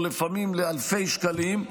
או לפעמים לאלפי שקלים,